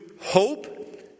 hope